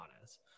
honest